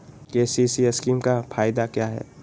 KCC scheme का फायदा क्या है?